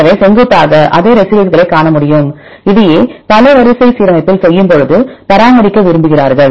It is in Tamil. எனவே செங்குத்தாக அதே ரெசிடியூஸ்களை காண முடியும் இதையே பல வரிசை சீரமைப்பில் செய்யும்போது பராமரிக்க விரும்புகிறார்கள்